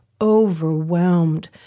overwhelmed